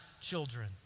children